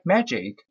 Magic